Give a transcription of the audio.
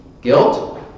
Guilt